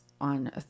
on